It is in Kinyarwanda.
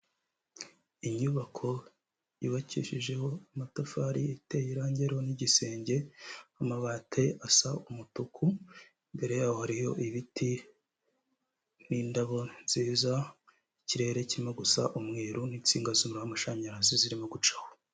Inyubako yubakishijeho amatafari ateye irangi n'igisenge, amabati asa umutuku, imbere yaho hariyo ibiti n'indabo nziza, ikirere kiri gusa umweru, n'insinga z'umuriro w'amashanyarazi zirimo gucaho.